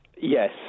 Yes